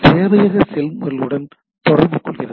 இது சேவையக செயல்முறைகளுடன் தொடர்பு கொள்கிறது